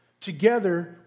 Together